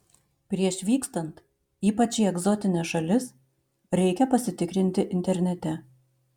prieš vykstant ypač į egzotines šalis reikia pasitikrinti internete